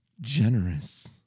generous